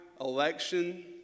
election